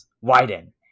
widen